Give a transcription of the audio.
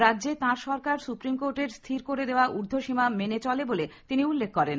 রাজ্যে তাঁরা সরকার সুপ্রিম কোর্টের স্থির করে দেওয়া উর্দ্ধসীমা মেনে চলেন বলে তিনি উল্লেখ করেন